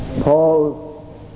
Paul